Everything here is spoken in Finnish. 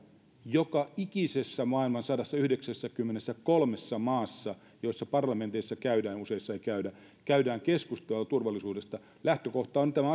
joka ikisessä maailman sadassayhdeksässäkymmenessäkolmessa maassa joissa parlamenteissa käydään useissa ei käydä käydään keskustelua turvallisuudesta lähtökohta on tämä